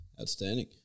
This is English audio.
Outstanding